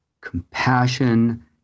compassion